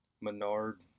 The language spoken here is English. Menard